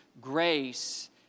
grace